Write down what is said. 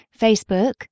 Facebook